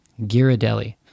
Ghirardelli